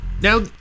Now